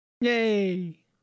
yay